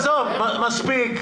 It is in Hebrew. מספיק.